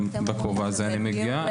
גם בכובע הזה אני מגיע.